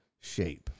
shape